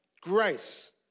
grace